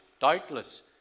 doubtless